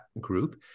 group